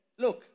Look